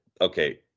okay